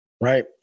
Right